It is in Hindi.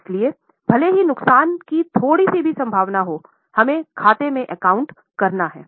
इसलिए भले ही नुकसान की थोड़ी सी भी संभावना हो हमको खाते में एकाउंट करना हैं